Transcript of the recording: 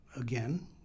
again